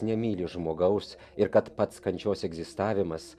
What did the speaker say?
nemyli žmogaus ir kad pats kančios egzistavimas